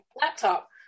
laptop